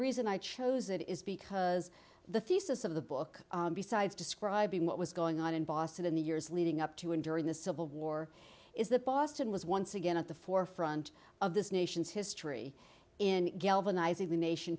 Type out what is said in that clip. reason i chose it is because the thesis of the book besides describing what was going on in boston in the years leading up to and during the civil war is that boston was once again at the forefront of this nation's history in galvanizing the nation